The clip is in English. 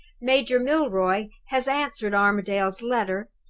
major milroy has answered armadale's letter,